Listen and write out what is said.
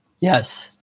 Yes